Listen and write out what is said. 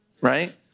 right